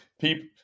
people